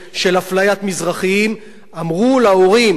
אמרו להורים שהילדים שלהם יושבים בבית כי